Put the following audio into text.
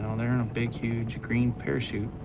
um they're in a big, huge green parachute,